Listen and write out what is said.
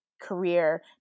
career